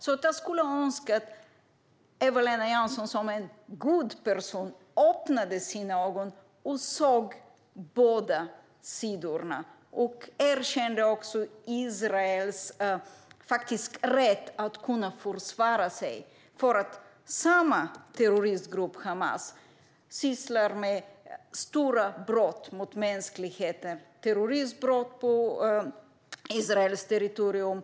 Jag skulle därför önska att Eva-Lena Jansson som en god person öppnade sina ögon och såg båda sidorna och också erkände Israels rätt att kunna försvara sig, eftersom terroristgruppen Hamas sysslar med stora brott mot mänskligheten. Det handlar om terroristbrott på Israels territorium.